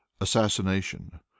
assassination